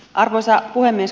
arvoisa puhemies